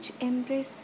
embrace